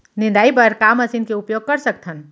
निंदाई बर का मशीन के उपयोग कर सकथन?